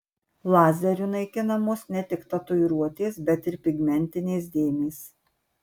lazeriu naikinamos ne tik tatuiruotės bet ir pigmentinės dėmės